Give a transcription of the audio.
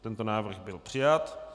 Tento návrh byl přijat.